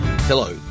Hello